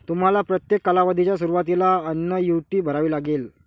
तुम्हाला प्रत्येक कालावधीच्या सुरुवातीला अन्नुईटी भरावी लागेल